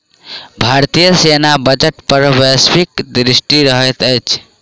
भारतीय सेना बजट पर वैश्विक दृष्टि रहैत अछि